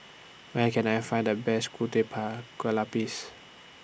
Where Can I Find The Best Ku Teh Pa Kueh Lapis